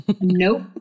Nope